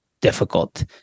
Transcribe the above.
difficult